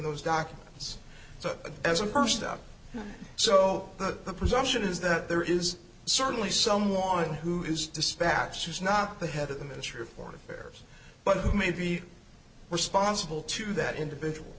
those documents so as a person out so that the presumption is that there is certainly someone who is dispatches not the head of the ministry of foreign affairs but who may be responsible to that individual